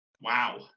Wow